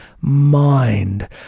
mind